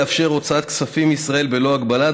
לאפשר הוצאת כספים מישראל בלא הגבלה,